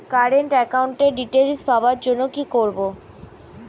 Current একাউন্টের details পাওয়ার জন্য কি করব?